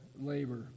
labor